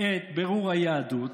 את בירור היהדות.